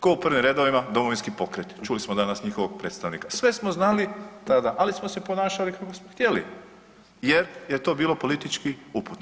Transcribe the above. Ko u prvim redovima, Domovinski pokret, čuli smo danas njihovog predstavnika, sve smo znali tada, ali smo se ponašali kako smo htjeli jer je to bilo politički uputno.